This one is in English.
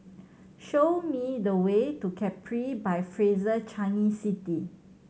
show me the way to Capri by Fraser Changi City